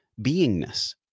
beingness